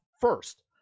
first